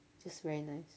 just very nice